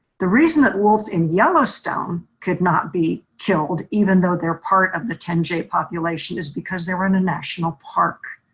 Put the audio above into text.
the reason that wolves in yellowstone could not be killed even though they're part of the ten j population is because they run in a national park.